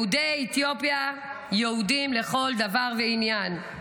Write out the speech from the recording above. יהודי אתיופיה, יהודים לכל דבר ועניין.